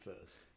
first